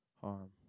harm